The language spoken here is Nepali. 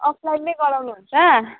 अफलाइनमा गराउनु हुन्छ